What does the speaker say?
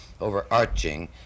overarching